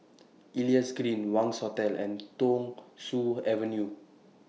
Elias Green Wangz Hotel and Thong Soon Avenue